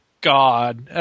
God